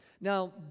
Now